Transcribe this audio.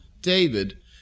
David